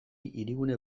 hirigune